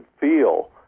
feel